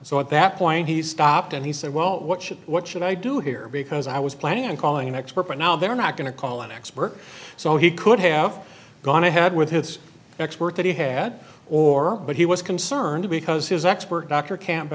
so at that point he stopped and he said well what should what should i do here because i was planning on calling an expert but now they're not going to call an expert so he could have gone ahead with his expert that he had or but he was concerned because his expert dr camp